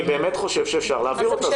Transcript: אני באמת חושב שאפשר להעביר אותה.